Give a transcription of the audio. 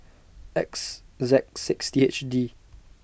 X Z six T H D